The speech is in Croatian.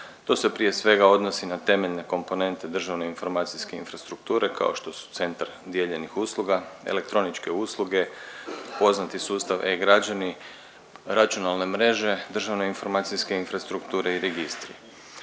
To se prije svega odnosi na temeljne komponente državne informacijske infrastrukture kao što su centar dijeljenih usluga, elektroničke usluge, poznati sustav e-građani, računalne mreže, državne informacijske infrastrukture i registri.